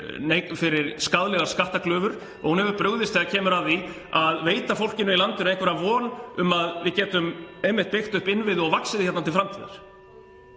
fyrir skaðlegar skattaglufur (Forseti hringir.) og hún hefur brugðist þegar kemur að því að veita fólkinu í landinu einhverja von um að við getum einmitt byggt upp innviði og vaxið hérna til framtíðar.